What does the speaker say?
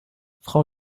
frau